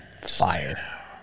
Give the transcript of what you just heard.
Fire